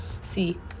See